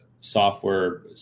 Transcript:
software